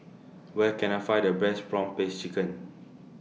Where Can I Find The Best Prawn Paste Chicken